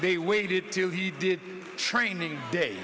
they waited till he did training day